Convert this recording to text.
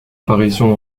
apparitions